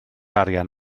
arian